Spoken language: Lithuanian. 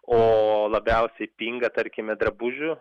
o labiausiai pinga tarkime drabužių